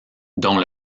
dont